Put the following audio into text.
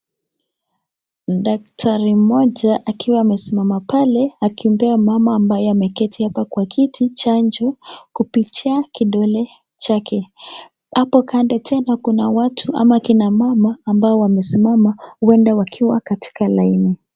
Daktari moja akiwa amesimama pale akimpea mama ambaye ameketi hapa kwa kiti chanjo kupitia kidole chake. Hapo kando tena kuna watu ama kina mama ambao wamesimama huenda wakiwa katika laini.